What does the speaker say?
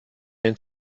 den